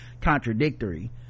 contradictory